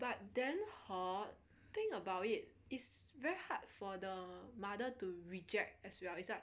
but then hor thing about it is very hard for the mother to reject as well it's like